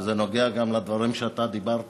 וזה נוגע גם לדברים שאתה אמרת,